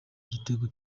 igitego